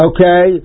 Okay